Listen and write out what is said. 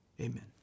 amen